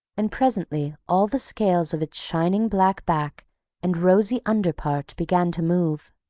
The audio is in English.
and presently all the scales of its shining black back and rosy underpart began to move.